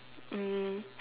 um